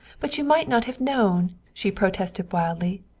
but you might not have known, she protested wildly.